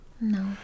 No